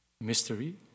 mystery